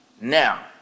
Now